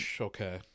okay